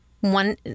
one